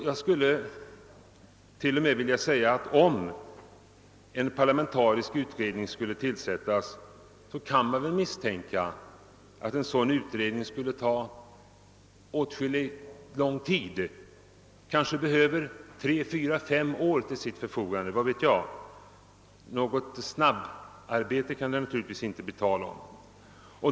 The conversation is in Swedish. Jag skulle till och med vilja säga att om en parlamentarisk utredning skulle tillsättas, kan man väl misstänka att en sådan utredning skulle ta ganska lång tid, den kanske behöver ha tre, fyra, fem år till sitt förfogande — vad vet jag. Någon snabbutredning kan det naturligtvis inte bli tal om.